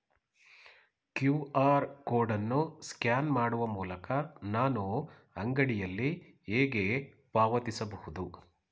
QR code ಅನ್ನು scan ಮಾಡುವ ಮೂಲಕ ನಾನು ಅಂಗಡಿಯಲ್ಲಿ ಹೇಗೆ ಪಾವತಿಸಬಹುದು?